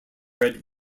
red